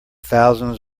thousands